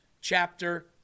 chapter